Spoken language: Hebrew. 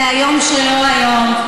זה היום שלו היום.